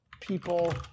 people